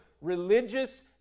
religious